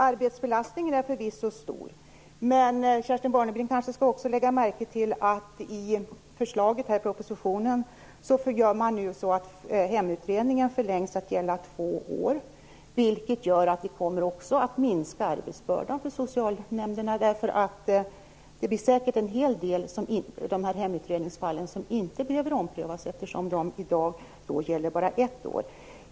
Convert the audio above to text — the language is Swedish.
Arbetsbelastningen är förvisso stor, men Kerstin Warnerbring skall också lägga märke till att man i propositionen nu föreslår att hemutredningen förlängs till att gälla två år. Det gör att vi också kommer att minska arbetsbördan för socialnämnderna. Det är säkert en hel del av hemutredningsfallen som inte behöver omprövas, eftersom de i dag gäller bara ett år.